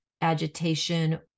agitation